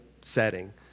setting